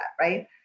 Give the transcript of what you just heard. Right